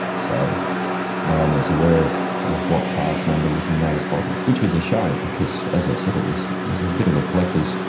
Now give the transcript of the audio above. so no one um was aware of of what cask number was in those bottles, which was a shame because, as i said, it was was a bit of a collectors'